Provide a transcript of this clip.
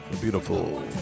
beautiful